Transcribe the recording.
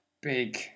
big